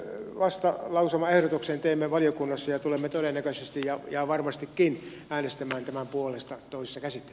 tämmöisen lausumaehdotuksen teimme valiokunnassa ja tulemme todennäköisesti ja varmastikin äänestämään tämän puolesta toiset ensi